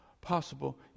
possible